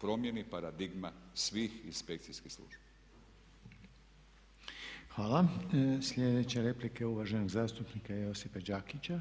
promijeni paradigma svih inspekcijskih službi. **Reiner, Željko (HDZ)** Hvala. Sljedeća replika je uvaženog zastupnika Josipa Đakića.